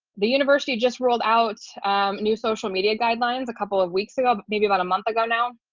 the university just rolled out new social media guidelines a couple of weeks ago, maybe about a month ago now.